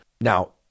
Now